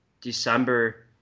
December